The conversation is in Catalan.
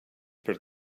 per